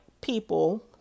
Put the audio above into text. people